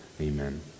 Amen